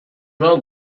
not